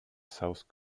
south